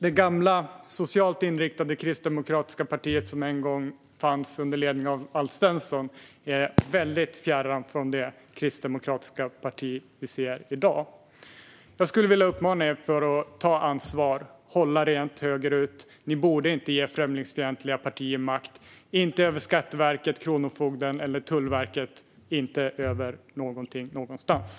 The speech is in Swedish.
Det gamla, socialt inriktade kristdemokratiska parti som en gång fanns under ledning av Alf Svensson är väldigt fjärran från det kristdemokratiska parti vi ser i dag. Jag skulle vilja uppmana er att ta ansvar och hålla rent högerut. Ni borde inte ge främlingsfientliga partier makt över Skatteverket, Kronofogden eller Tullverket - inte över någonting någonstans.